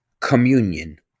communion